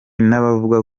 n’abavuga